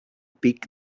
pic